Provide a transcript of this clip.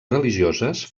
religioses